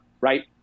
right